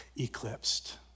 eclipsed